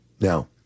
Now